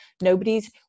Nobody's